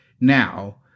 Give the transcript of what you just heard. Now